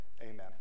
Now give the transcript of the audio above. amen